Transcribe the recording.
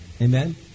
amen